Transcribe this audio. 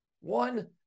One